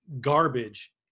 garbage